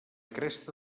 cresta